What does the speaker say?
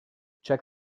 check